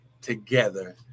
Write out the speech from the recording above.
together